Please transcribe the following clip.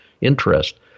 interest